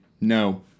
no